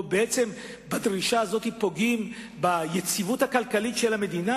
או שבדרישה הזאת פוגעים ביציבות הכלכלית של המדינה,